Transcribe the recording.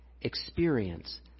experience